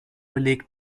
beleg